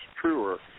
truer